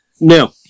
No